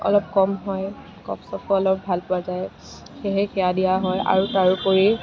অলপ কম হয় কফ চফ অলপ ভাল পোৱা যায় সেয়েহে সেয়া দিয়া হয় আৰু তাৰোপৰি